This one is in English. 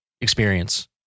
experience